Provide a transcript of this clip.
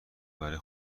برای